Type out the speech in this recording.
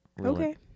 Okay